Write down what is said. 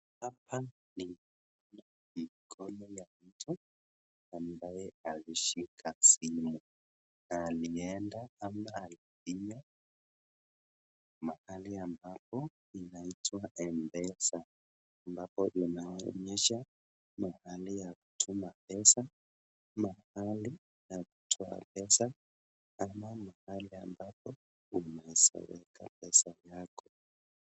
Haoa ni mkono ya mtu ambaye ameshika simu na alienda ama alifinya mahali ambapo inaitwa mpesa hapo inaonesha mahali pa kutuma pesa mahali pa kutoa pesa ama mahali ambako unaeza weka pesa yako.